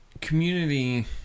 community